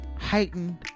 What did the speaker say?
heightened